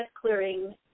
clearing